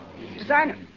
Designer